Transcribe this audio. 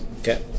Okay